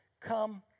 Come